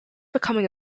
becoming